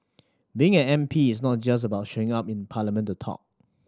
being an M P is not just about showing up in parliament to talk